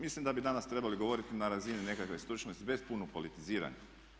Mislim da bi danas trebali govoriti na razini nekakve stručnosti bez puno politiziranja.